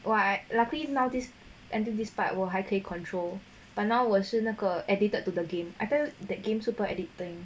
!wah! lucky nowadays until this part 我还可以 control but now 我是那个 addicted to the game I tell that game super addicting